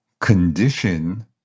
condition